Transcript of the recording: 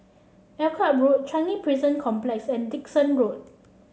Akyab Road Changi Prison Complex and Dickson Road